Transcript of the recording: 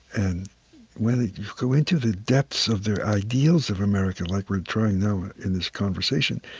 and when you go into the depths of their ideals of america, like we're trying now in this conversation,